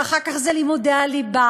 ואחר כך זה לימודי הליבה.